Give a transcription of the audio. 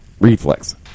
Reflex